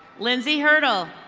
lindsay hertel.